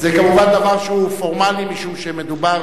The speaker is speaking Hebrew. זה כמובן דבר שהוא פורמלי, משום שמדובר